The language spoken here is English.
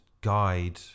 guide